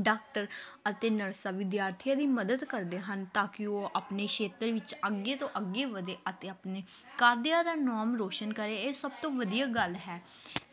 doctor ਅਤੇ ਨਰਸਾਂ ਵਿਦਿਆਰਥੀਆਂ ਦੀ ਮਦਦ ਕਰਦੇ ਹਨ ਤਾਂ ਕਿ ਉਹ ਆਪਣੇ ਖੇਤਰ ਵਿੱਚ ਅੱਗੇ ਤੋਂ ਅੱਗੇ ਵਧੇ ਅਤੇ ਆਪਣੇ ਘਰਦਿਆਂ ਦਾ ਨਾਮ ਰੋਸ਼ਨ ਕਰੇ ਇਹ ਸਭ ਤੋਂ ਵਧੀਆ ਗੱਲ ਹੈ